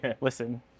listen